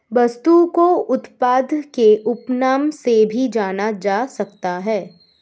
वस्तु को उत्पाद के उपनाम से भी जाना जा सकता है